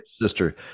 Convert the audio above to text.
sister